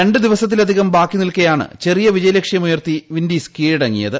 രണ്ട് ദിവസത്തിലധികം ബാക്കി നിൽക്കെയാണ് ചെറിയ വിജയലക്ഷ്യമുയർത്തി വിൻഡീസ് കീഴടങ്ങിയത്